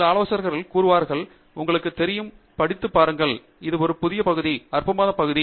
சில ஆலோசகர்கள் கூறுவார்கள் உங்களுக்கு தெரியும் படித்துப் பாருங்கள் இது ஒரு புதிய பகுதி அற்புதமான பகுதி